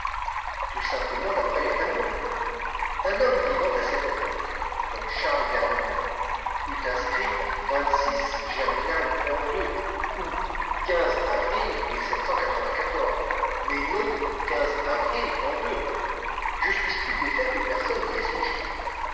tout simplement d'après les tableaux un homme vivant à cette époque comme charles d'ernemont eût inscrit vingt-six germinal an ii ou avril mais non avril an ii je suis stupéfait que personne n'y ait songé